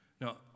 Now